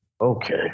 Okay